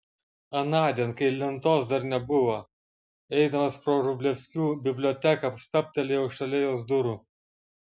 anądien kai lentos dar nebuvo eidamas pro vrublevskių biblioteką stabtelėjau šalia jos durų